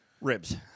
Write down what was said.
Ribs